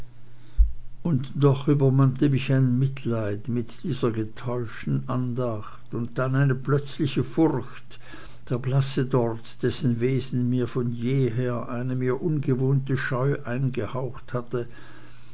und doch übermannte mich ein mitleid mit dieser getäuschten andacht und dann eine plötzliche furcht der blasse dort dessen wesen mir von jeher eine mir ungewohnte scheu angehaucht hatte